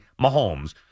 Mahomes